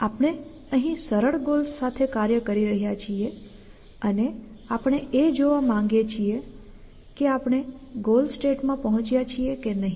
આપણે અહીં સરળ ગોલ્સ સાથે કાર્ય કરી રહ્યા છીએ અને આપણે એ જોવા માંગીએ છીએ કે આપણે ગોલ સ્ટેટ માં પહોંચ્યા છીએ કે નહીં